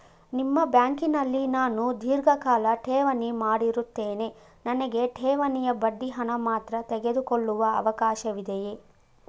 ನಿಮ್ಮ ಬ್ಯಾಂಕಿನಲ್ಲಿ ನಾನು ಧೀರ್ಘಕಾಲ ಠೇವಣಿ ಮಾಡಿರುತ್ತೇನೆ ನನಗೆ ಠೇವಣಿಯ ಬಡ್ಡಿ ಹಣ ಮಾತ್ರ ತೆಗೆದುಕೊಳ್ಳುವ ಅವಕಾಶವಿದೆಯೇ?